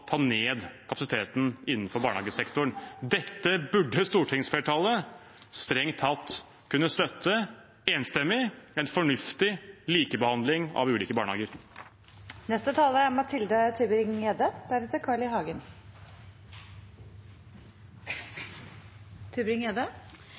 ta ned kapasiteten innenfor barnehagesektoren. Dette burde stortingsflertallet strengt tatt kunne støtte enstemmig – en fornuftig likebehandling av ulike barnehager. Jeg tror det har kommet veldig tydelig fram i